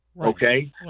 okay